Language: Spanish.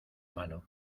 mano